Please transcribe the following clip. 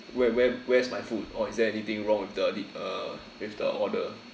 where where where's my food or is there anything wrong with the the de~ uh with the order